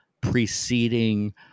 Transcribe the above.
preceding